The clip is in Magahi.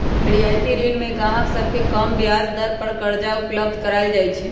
रियायती ऋण में गाहक सभके कम ब्याज दर पर करजा उपलब्ध कराएल जाइ छै